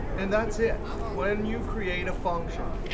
and that's it. when you create a function,